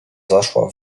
zaszła